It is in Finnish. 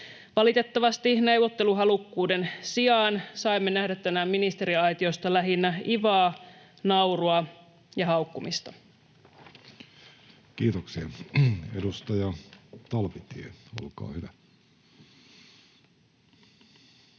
Valitettavasti neuvotteluhalukkuuden sijaan saimme nähdä tänään ministeriaitiosta lähinnä ivaa, naurua ja haukkumista. Kiitoksia. — Edustaja Talvitie, olkaa hyvä.